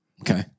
Okay